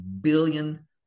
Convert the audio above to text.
billion